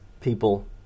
people